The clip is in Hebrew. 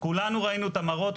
כולנו ראינו את המראות.